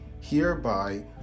hereby